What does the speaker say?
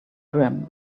brim